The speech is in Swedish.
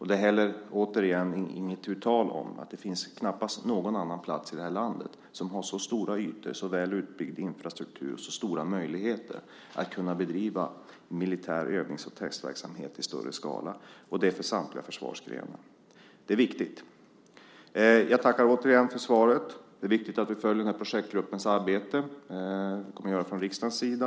Det är heller återigen inte tu tal om att det knappast finns någon annan plats i landet som har så stora ytor, så väl utbyggd infrastruktur och så stora möjligheter till militär övnings och testverksamhet i större skala. Det gäller samtliga försvarsgrenar. Det är viktigt. Jag tackar återigen för svaret. Det är viktigt att vi följer projektgruppens arbete. Det kommer vi att göra från riksdagens sida.